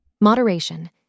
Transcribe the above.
Moderation